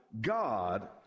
God